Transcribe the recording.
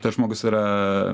tas žmogus yra